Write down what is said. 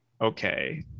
okay